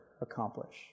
accomplish